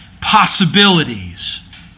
possibilities